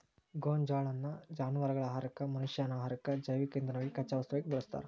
ಗೋಂಜಾಳನ್ನ ಜಾನವಾರಗಳ ಆಹಾರಕ್ಕ, ಮನಷ್ಯಾನ ಆಹಾರಕ್ಕ, ಜೈವಿಕ ಇಂಧನವಾಗಿ ಕಚ್ಚಾ ವಸ್ತುವಾಗಿ ಬಳಸ್ತಾರ